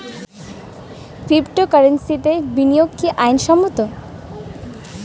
ক্রিপ্টোকারেন্সিতে বিনিয়োগ কি আইন সম্মত?